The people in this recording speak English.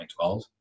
2012